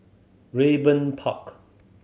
Raeburn Park